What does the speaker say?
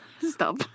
Stop